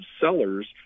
sellers